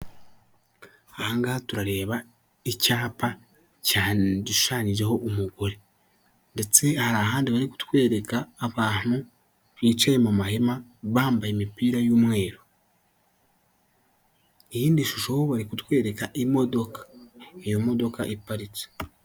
Hirya no hino ugenda usanga hari amasoko atandukanye kandi acuruza ibicuruzwa bitandukanye, ariko amenshi murayo masoko usanga ahuriyeho n'uko abacuruza ibintu bijyanye n'imyenda cyangwa se imyambaro y'abantu bagiye batandukanye. Ayo masoko yose ugasanga ari ingirakamaro cyane mu iterambere ry'umuturage ukamufasha kwiteraza imbere mu buryo bumwe kandi akanamufasha no kubaho neza mu buryo bw'imyambarire.